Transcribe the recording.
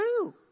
true